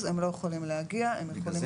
לא פר